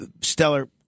stellar